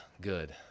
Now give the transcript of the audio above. good